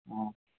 ஆ